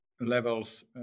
levels